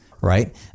right